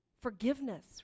forgiveness